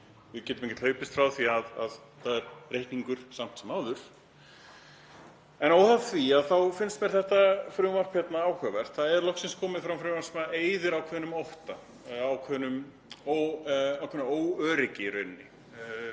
Við getum ekki hlaupist frá því að það er reikningur samt sem áður. En óháð því þá finnst mér þetta frumvarp hérna áhugavert. Það er loksins komið fram frumvarp sem eyðir ákveðnum ótta, ákveðnu óöryggi hjá